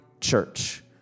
church